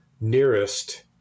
nearest